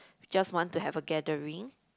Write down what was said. just want to have a gathering